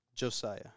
Josiah